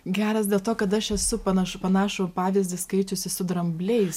geras dėl to kad aš esu panašu panašų pavyzdį skaičiusi su drambliais